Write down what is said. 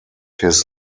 his